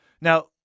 Now